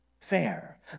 fair